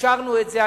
ואישרנו את זה.